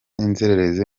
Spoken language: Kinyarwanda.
inzererezi